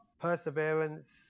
perseverance